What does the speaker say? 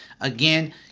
Again